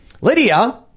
Lydia